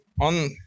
on